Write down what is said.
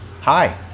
hi